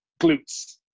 Glutes